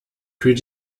kühlt